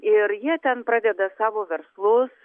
ir jie ten pradeda savo verslus